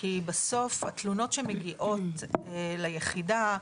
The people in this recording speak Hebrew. כי בסוף התלונות שמגיעות ליחידה,